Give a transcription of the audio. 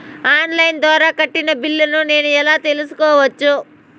On line ద్వారా కట్టిన బిల్లును నేను ఎలా తెలుసుకోవచ్చు?